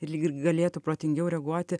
lyg ir galėtų protingiau reaguoti